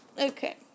Okay